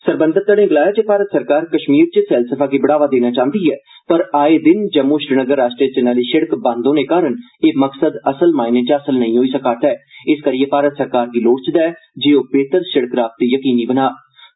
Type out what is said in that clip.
सरबंधत धड़े गलाया जे भारत सरकार कश्मीर च सैलसफा गी बढ़ावा देना चांहदी ऐ पर आए दिन जम्मू श्रीनगर राश्ट्री जरनैली सिड़क बंद होने कारण एह् मकसद असल मायने च हासल नेई होई सका'रदा ऐ इसकरियै भारत सरकार गी लोड़चदा ऐ जे ओह बेहतर सिड़क राबते यकीनी बनाऽ